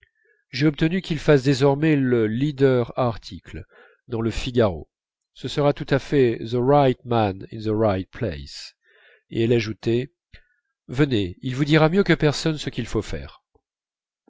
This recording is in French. j'ai obtenu qu'il fasse désormais le leader article dans le figaro ce sera tout à fait the right man in the right place et elle ajoutait venez il vous dira mieux que personne ce qu'il faut faire